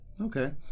Okay